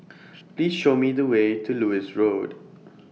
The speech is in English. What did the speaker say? Please Show Me The Way to Lewis Road